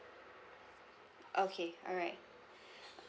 okay alright